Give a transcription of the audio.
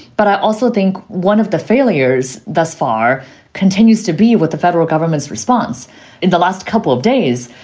but i also think one of the failures thus far continues to be with the federal government's response in the last couple of days.